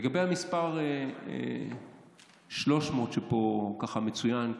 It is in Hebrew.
לגבי המספר 300 שפה מצוין,